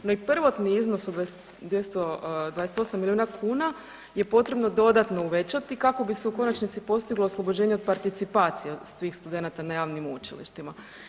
Onaj prvotni iznos od 228 milijuna kuna je potrebno dodatno uvećati kako bi se u konačnici postiglo oslobođenje od participacije svih studenata na javnim učilištima.